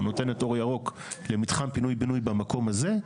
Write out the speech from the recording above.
או נותנת אור ירוק למתחם פינוי בינוי במקום הזה.